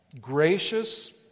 gracious